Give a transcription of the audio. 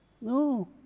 No